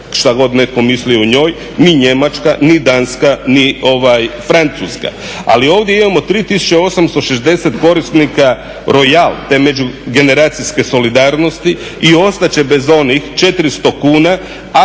što god netko mislio o njoj, ni Njemačka, ni Danska, ni Francuska. Ali ovdje imamo 3860 korisnika Royal, te međugeneracijske solidarnosti i ostat će bez onih 400 kuna